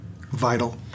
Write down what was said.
Vital